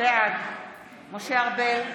בעד משה ארבל,